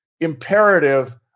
imperative